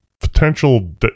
potential